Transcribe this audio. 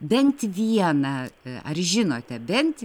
bent vieną ar žinote bent